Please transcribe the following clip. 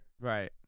Right